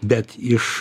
bet iš